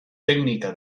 teknika